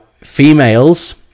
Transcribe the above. females